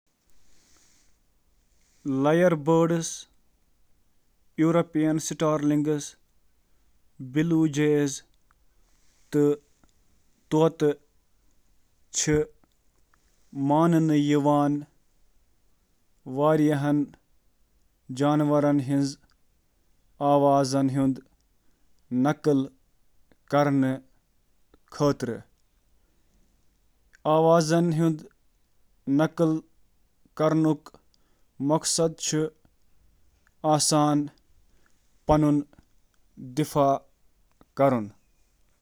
آ، واریاہ جاناوار ہیکن باقی آوازن ہنٛز نقل کٔرتھ، تہٕ تم چِھ یہٕ مختلف وجوہاتو سۭتۍ کران، یتھ منٛز شٲمل چِھ: ساتھی متاثر کرُن، سمأجی مواصلات، مدتہٕ تہٕ باقین ہنٛد مطالبہٕ۔